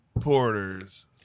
porters